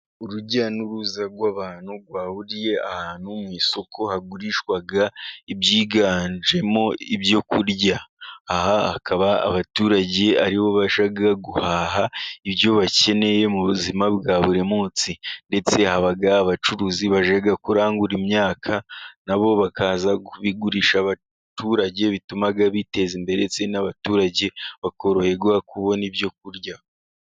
Urujya n'uruza rw'abantu rwahuriye ahantu mu isoko, hagurishwa ibyiganjemo ibyo kurya. Aha hakaba abaturage ari bo babasha guhaha ibyo bakeneye mu buzima bwa buri munsi. Ndetse haba abacuruzi baje kurangura imyaka, na bo bakaza kubigurisha abaturage, bituma biteza imbere, ndetse n'abaturage bakoroherwa kubona ibyo kurya.